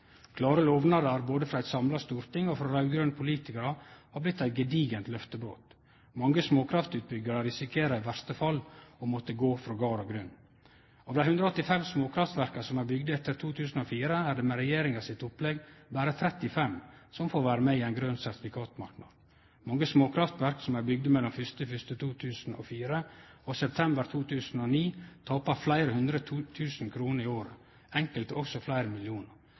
Klare lovnader både frå eit samla storting og frå raud-grøne politikarar har blitt til eit gedigent løftebrot. Mange småkraftutbyggjarar risikerer i verste fall å måtte gå frå gard og grunn. Av dei 185 småkraftverka som er bygde etter 2004, er det med regjeringa sitt opplegg berre 35 som får vere med i ein grøn sertifikatmarknad. Mange småkraftverk som er bygde mellom 1. januar 2004 og september 2009, tapar fleire hundre tusen kroner i året – enkelte også fleire millionar